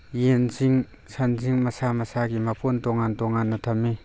ꯌꯦꯟꯁꯤꯡ ꯁꯟꯁꯤꯡ ꯃꯁꯥ ꯃꯁꯥꯒꯤ ꯃꯀꯣꯟ ꯇꯣꯉꯥꯟ ꯇꯣꯉꯥꯟꯅ ꯊꯝꯃꯤ